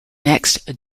next